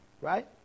right